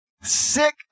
sick